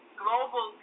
global